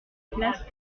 place